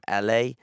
la